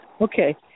Okay